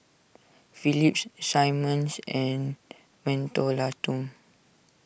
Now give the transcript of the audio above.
Phillips Simmons and Mentholatum